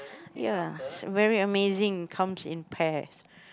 ya it's very amazing comes in pairs